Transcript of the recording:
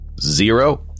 Zero